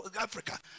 Africa